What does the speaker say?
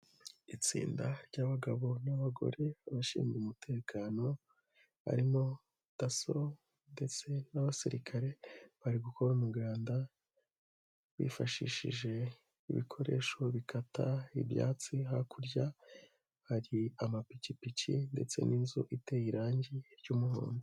Itsinda ry'abagabo n'abagore, abashinzwe umutekano barimo daso ndetse n'abasirikare, bari gu gukora umuganda bifashishije ibikoresho bikata ibyatsi, hakurya hari amapikipiki ndetse n'inzu iteye irangi ry'umuhondo.